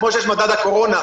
כמו שיש מדד הקורונה,